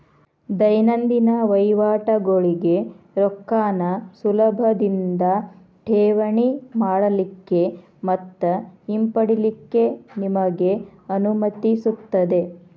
ದೈನಂದಿನ ವಹಿವಾಟಗೋಳಿಗೆ ರೊಕ್ಕಾನ ಸುಲಭದಿಂದಾ ಠೇವಣಿ ಮಾಡಲಿಕ್ಕೆ ಮತ್ತ ಹಿಂಪಡಿಲಿಕ್ಕೆ ನಿಮಗೆ ಅನುಮತಿಸುತ್ತದೆ